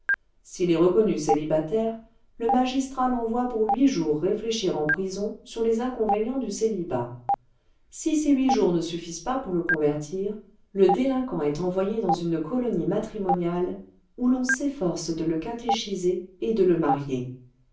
s'il est reconnu célibataire le magistrat l'envoie pour huit jours réfléchir en prison sur les inconvénients du célibat si ces huit jours ne suffisent pas pour le convertir le délinquant est envoyé dans une colonie matrimoniale où l'on s'efforce de le catéchiser et de le marier